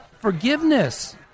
forgiveness